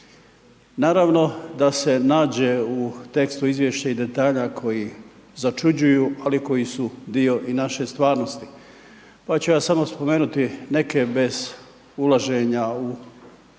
Naravno da se nađe u tekstu Izvješća i detalja koji začuđuju, ali koji su dio i naše stvarnosti, pa ću ja samo spomenuti neke bez ulaženja u